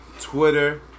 Twitter